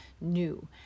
new